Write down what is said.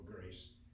grace